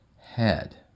head